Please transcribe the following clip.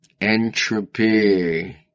Entropy